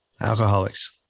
Alcoholics